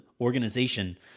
organization